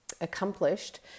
accomplished